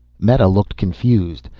meta looked confused,